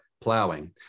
plowing